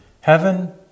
Heaven